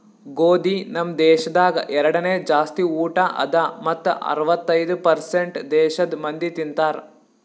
ಗೋದಿ ನಮ್ ದೇಶದಾಗ್ ಎರಡನೇ ಜಾಸ್ತಿ ಊಟ ಅದಾ ಮತ್ತ ಅರ್ವತ್ತೈದು ಪರ್ಸೇಂಟ್ ದೇಶದ್ ಮಂದಿ ತಿಂತಾರ್